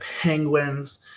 Penguins